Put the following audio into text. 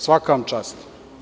Svaka vam čast.